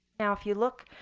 now if you look,